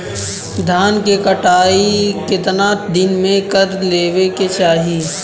धान क कटाई केतना दिन में कर देवें कि चाही?